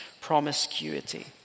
promiscuity